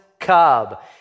Cub